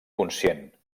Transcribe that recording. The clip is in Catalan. conscient